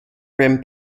rim